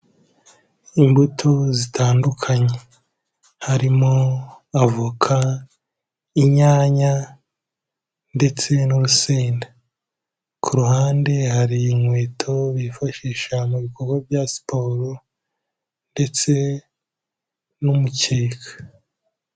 Imbuto zitandukanye, harimo avoka, inyanya ndetse n'urusenda. Ku ruhande hari inkweto bifashisha mu bikorwa bya siporo ndetse n'umukeka.